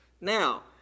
Now